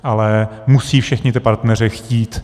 Ale musí všichni ti partneři chtít.